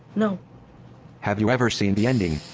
no have you ever seen the ending?